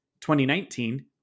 2019